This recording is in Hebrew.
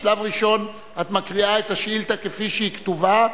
בשלב ראשון את מקריאה את השאילתא כפי שהיא כתובה.